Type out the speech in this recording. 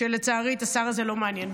אבל לצערי את השר זה לא מעניין.